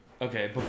Okay